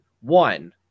One